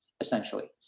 essentially